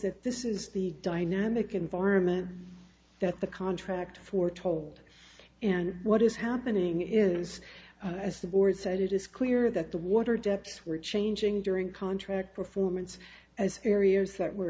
this is the dynamic environment that the contract for told and what is happening is as the board said it is clear that the water depths were changing during contract performance as areas that were